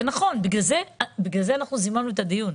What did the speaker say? בגלל זה אנחנו זימנו את הדיון,